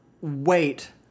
wait